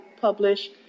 publish